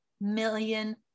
million